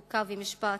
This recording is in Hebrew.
חוק ומשפט,